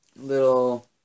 little